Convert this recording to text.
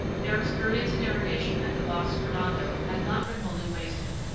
their experience in irrigation at the bosque redondo has not been wholly wasted,